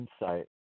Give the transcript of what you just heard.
insight